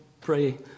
pray